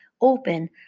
open